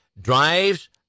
drives